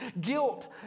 guilt